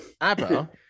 ABBA